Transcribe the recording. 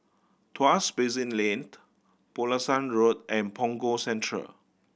Tuas Basin Lane Pulasan Road and Punggol Central